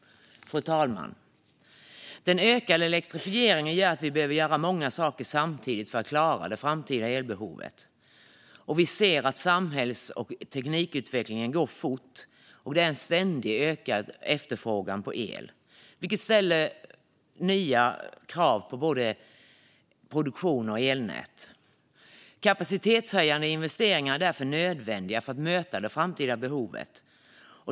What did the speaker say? Fru talman! Den ökande elektrifieringen gör att vi behöver göra många saker samtidigt för att klara det framtida elbehovet. Vi ser att samhälls och teknikutvecklingen går fort, och det är en ständigt ökad efterfrågan på el, vilket ställer nya krav på både produktion och elnät. Kapacitetshöjande investeringar är därför nödvändiga för att möta det framtida behovet.